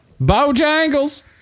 Bojangles